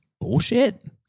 bullshit